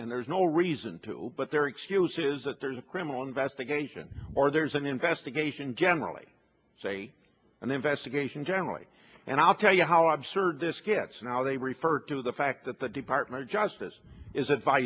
and there's no reason to but their excuse is that there's a criminal investigation or there's an investigation generally say an investigation generally and i'll tell you how absurd this gets and how they virtue of the fact that the department of justice is